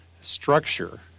structure